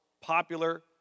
popular